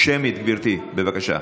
שמית, גברתי, בבקשה.